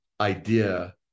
idea